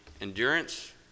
endurance